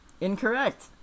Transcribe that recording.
Incorrect